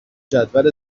جدول